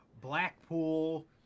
Blackpool